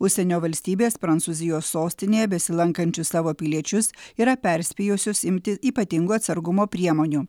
užsienio valstybės prancūzijos sostinėje besilankančius savo piliečius yra perspėjusios imtis ypatingų atsargumo priemonių